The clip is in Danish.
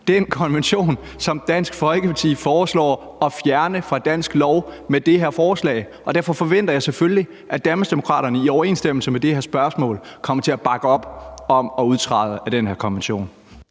den konvention, som Dansk Folkeparti foreslår at fjerne fra dansk lov med det her forslag. Derfor forventer jeg selvfølgelig, at Danmarksdemokraterne i overensstemmelse med det her spørgsmål kommer til at bakke op om at udtræde af den her konvention.